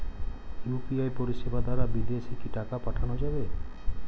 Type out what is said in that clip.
UPI পরিষেবা দারা বিদেশে কি টাকা পাঠানো যাবে?